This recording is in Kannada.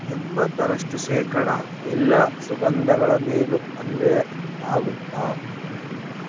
ಎಂಬತ್ತರಷ್ಟು ಶೇಕಡ ಎಲ್ಲ ಸುಗಂಧಗಳ ಮೇಲೂ ಅನ್ವಯ ಆಗುತ್ತಾ